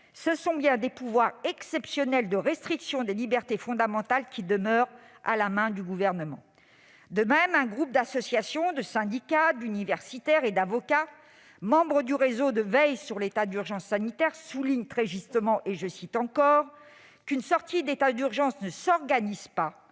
ce sont bien des pouvoirs exceptionnels de restriction des libertés fondamentales qui demeurent à la main du Gouvernement. » De même, un groupe d'associations, de syndicats, d'universitaires et d'avocats, membre du Réseau de veille sur l'état d'urgence sanitaire, souligne très justement :« Une sortie d'état d'urgence ne s'organise pas,